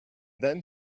then